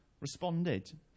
responded